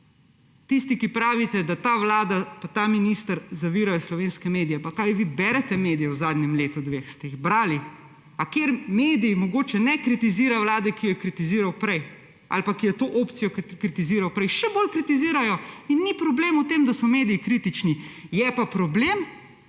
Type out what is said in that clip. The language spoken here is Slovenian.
tisti, ki pravite, da ta vlada pa ta minister zavirata slovenske medije – ali vi berete medije v zadnjem letu, dveh? Ste jih brali? Ali kateri medij mogoče ne kritizira vlade, ki jo je kritiziral prej ali pa ki je to opcijo kritiziral prej? Še bolj kritizirajo! In ni problem v tem, da so mediji kritični, je pa problem,